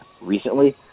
recently